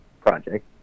project